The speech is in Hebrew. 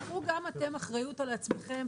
קחו גם אתם אחריות על עצמכם,